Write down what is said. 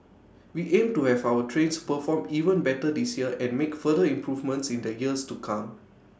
we aim to have our trains perform even better this year and make further improvements in the years to come